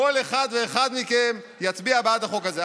כל אחד ואחד מכם יצביע בעד החוק הזה.